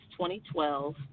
2012